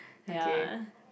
ya